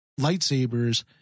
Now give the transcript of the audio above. lightsabers